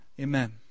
Amen